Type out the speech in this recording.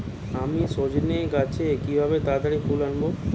আমি সজনে গাছে কিভাবে তাড়াতাড়ি ফুল আনব?